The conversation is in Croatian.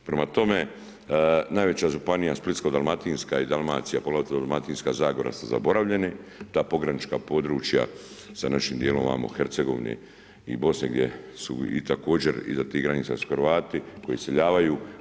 Prema tome, najveća županija Splitsko dalmatinska i Dalmacija, poglavito Dalmatinska zagora su zaboravljena, ta pogranična područja, sa našim dijelom ovamo Hercegovine i Bosne, gdje su i također iza tih granica su Hrvati, koji iseljavaju.